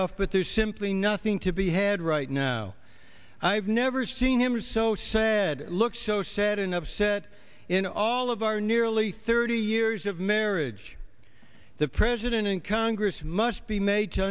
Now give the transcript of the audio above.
layoff but there's simply nothing to be had right now i've never seen him so sad look so sad and upset in all of our nearly thirty years of marriage the president and congress must be made to